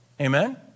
amen